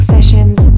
Sessions